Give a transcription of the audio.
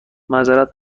معذرت